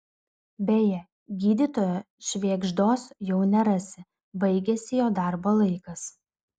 beje gydytojo švėgždos jau nerasi baigėsi jo darbo laikas